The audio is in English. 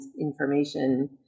information